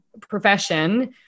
profession